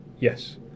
yes